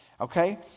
Okay